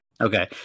Okay